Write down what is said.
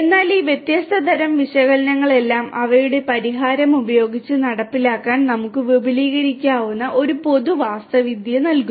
എന്നാൽ ഈ വ്യത്യസ്ത തരം വിശകലനങ്ങളെല്ലാം അവയുടെ പരിഹാരം ഉപയോഗിച്ച് നടപ്പിലാക്കാൻ നമുക്ക് വിപുലീകരിക്കാവുന്ന ഒരു പൊതു വാസ്തുവിദ്യ നൽകുന്നു